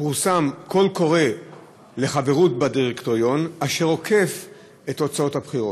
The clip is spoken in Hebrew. פורסם קול קורא לחברות בדירקטוריון אשר עוקף את תוצאות הבחירות.